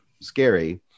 scary